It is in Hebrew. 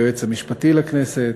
היועץ המשפטי לכנסת,